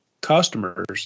customers